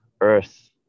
earth